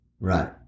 Right